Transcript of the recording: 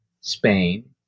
Spain